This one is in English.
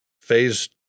phase